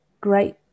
great